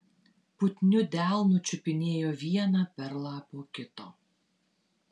putniu delnu čiupinėjo vieną perlą po kito